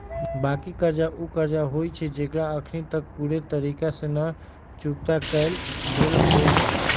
बाँकी कर्जा उ कर्जा होइ छइ जेकरा अखनी तक पूरे तरिका से न चुक्ता कएल गेल होइत